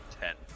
Ten